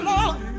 Lord